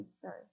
sorry